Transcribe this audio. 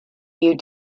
you